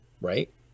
right